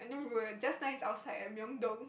no rude just like outside at Myeongdong